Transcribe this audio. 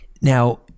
Now